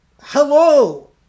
hello